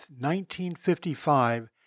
1955